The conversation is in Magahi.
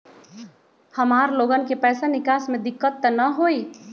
हमार लोगन के पैसा निकास में दिक्कत त न होई?